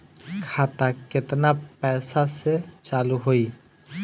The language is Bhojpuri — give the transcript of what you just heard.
खाता केतना पैसा से चालु होई?